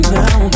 now